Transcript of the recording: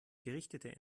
gerichtete